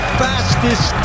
fastest